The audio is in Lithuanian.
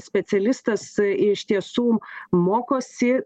specialistas iš tiesų mokosi